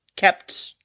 kept